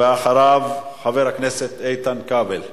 ואחריו, חבר הכנסת איתן כבל.